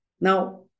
Now